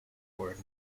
word